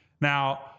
Now